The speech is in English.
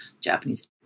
Japanese